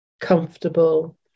comfortable